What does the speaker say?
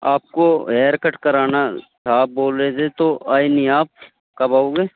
آپ کو haircut کرانا تھا بول رہے تھے تو آئے نہیں آپ کب آؤ گے